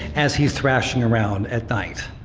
as he's thrashing around at night.